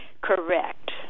Correct